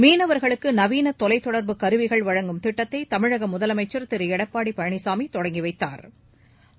மீனவா்களுக்கு நவீன தொலைதொடா்பு கருவிகள் வழங்கும் திட்டத்தை தமிழக முதலமைச்சா் திரு எடப்பாடி பழனிசாமி தொடங்கி வைத்தாா்